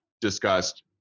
discussed